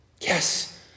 Yes